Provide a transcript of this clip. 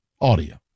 audio